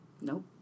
nope